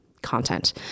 content